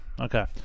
Okay